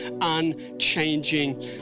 unchanging